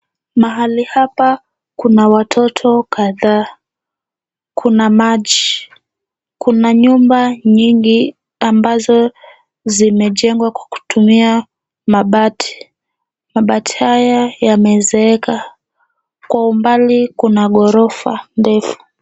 Mahali hapa kuna watoto kadhaa. Kuna maji. Kuna nyumba nyingi ambazo zimejengwa kwa kutumia mabati. Mabati haya yamezeeka. Kwa umbali kuna ghorofa ndefu.